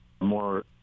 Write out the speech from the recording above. more